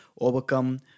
overcome